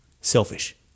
selfish